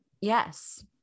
yes